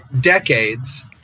decades